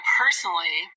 personally